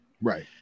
right